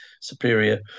superior